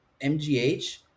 MGH